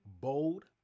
bold